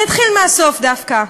אני אתחיל מהסוף דווקא.